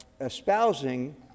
espousing